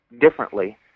differently